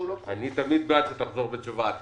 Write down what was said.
אני תמיד בעד שתחזור בתשובה אתה.